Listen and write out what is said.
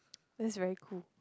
that's very cool